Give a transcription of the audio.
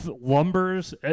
lumbers